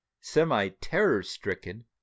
semi-terror-stricken